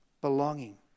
belonging